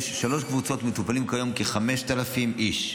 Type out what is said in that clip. יש שלוש קבוצות, מטופלים כיום כ-5,000 איש.